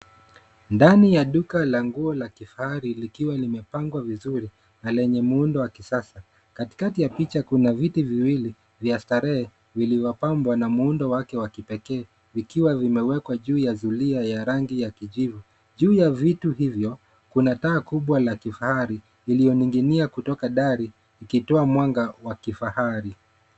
Ndani ya duka la nguo la kifahari likiwa limepangwa vizuri, na lenye muundo wa kisasa. Katikati ya picha kuna viti viwili vya starehe vilivyopambwa na muundo wake wa kipekee, vikiwa vimewekwa juu ya zulia ya rangi ya kijivu. Juu ya vitu hivyo kuna taa kubwa la kifahari iliyoning'inia kutoka dari ikitoa mwanga wa kifahari.